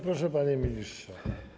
Proszę, panie ministrze.